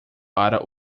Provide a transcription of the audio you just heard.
para